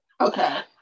Okay